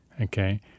okay